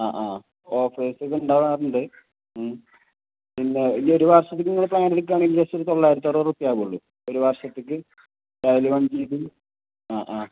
ആ ആ ഓഫേഴ്സ ഒക്കെ ഉണ്ടാകാറുണ്ട് പിന്നെ ഇനി ഒരു വർഷത്തേക്ക് നിങ്ങൾ പ്ലാൻ എടുക്കാണെങ്കിൽ ജെസ്റ്റ് ഒരു തൊള്ളായിരത്തി അറുപത് റുപ്പ്യയാ ആവുള്ളൂ ഒരു വർഷത്തേക്ക് വൺ ജീ ബി ആ ആ